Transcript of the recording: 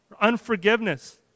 unforgiveness